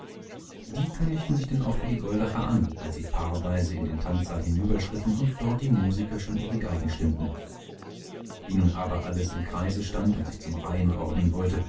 die kündigten sich denn auch für die goldacher an als sie paarweise in den tanzsaal hinüberschritten und dort die musiker schon ihre geigen stimmten wie nun aber alles im kreise stand und sich zum reigen ordnen wollte